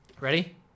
Ready